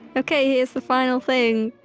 okay here's the final thing.